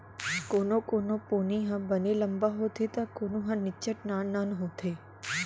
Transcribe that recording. कोनो कोनो पोनी ह बने लंबा होथे त कोनो ह निच्चट नान नान होथे